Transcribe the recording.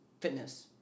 fitness